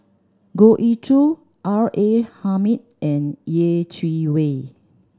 Goh Ee Choo R A Hamid and Yeh Chi Wei